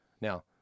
Now